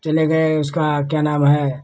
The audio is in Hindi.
चले गए उसका क्या नाम है